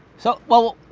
so well,